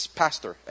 pastor